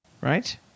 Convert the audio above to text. right